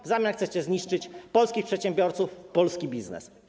W zamian chcecie zniszczyć polskich przedsiębiorców, polski biznes.